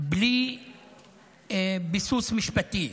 בלי ביסוס משפטי.